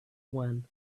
when